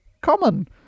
common